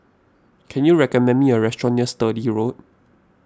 can you recommend me a restaurant near Sturdee Road